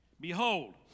Behold